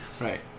Right